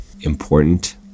important